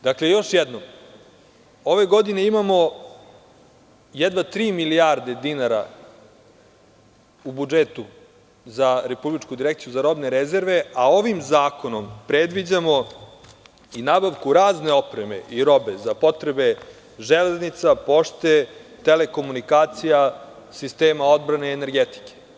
Dakle, još jednom, ove godine imamo jedno tri milijarde dinara u budžetu za Republičku direkciju za robne rezerve, a ovim zakonom predviđamo i nabavku razne opreme i robe za potrebe železnica, pošte, telekomunikacija, sistema odbrane i energetike.